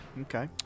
Okay